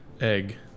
egg